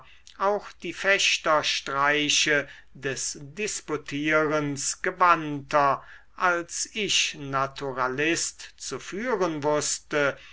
auch die fechterstreiche des disputierens gewandter als ich naturalist zu führen wußte